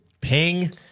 Ping